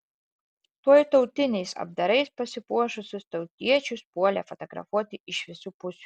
tuoj tautiniais apdarais pasipuošusius tautiečius puolė fotografuoti iš visų pusių